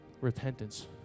Repentance